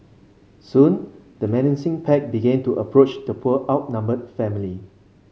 soon the menacing pack began to approach the poor outnumbered family